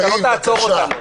אתה לא תעצור אותנו.